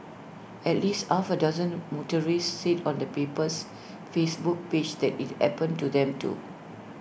at least half A dozen motorists said on the paper's Facebook page that IT happened to them too